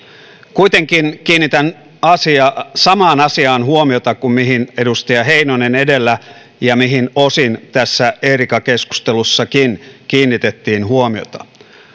kuitenkin kiinnitän samaan asiaan huomiota kuin mihin edustaja heinonen edellä ja mihin osin tässä eerika keskustelussakin kiinnitettiin huomiota